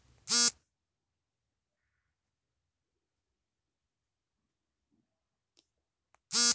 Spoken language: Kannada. ಇನ್ವೆಸ್ಟ್ಮೆಂಟ್ ರೇಟ್ ಆಫ್ ರಿಟರ್ನ್ ಲೆಕ್ಕಾಚಾರ ಮಾಡುವುದೇ ಇಂಟರ್ನಲ್ ರೇಟ್ ಆಫ್ ರಿಟರ್ನ್ ಅಂತರೆ